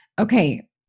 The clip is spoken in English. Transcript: okay